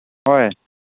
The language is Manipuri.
ꯍꯣꯏ